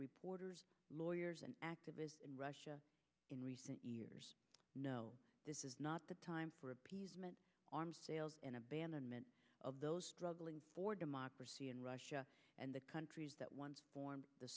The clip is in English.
reporters lawyers and activists in russia in recent years no this is not the time for appeasement arms sales in abandonment of those struggling for democracy in russia and the countries that once